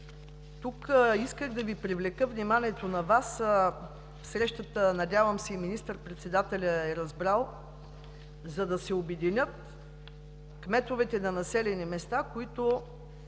тук исках да привлека Вашето внимание – на срещата, надявам се, и министър-председателят е разбрал, че, за да се обединят кметовете на населени места, които